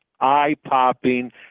eye-popping